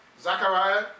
Zachariah